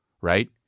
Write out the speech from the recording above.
right